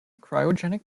cryogenic